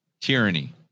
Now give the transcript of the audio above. tyranny